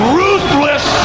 ruthless